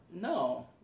no